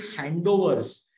handovers